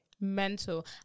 Mental